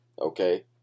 Okay